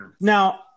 Now